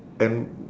and